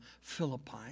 Philippi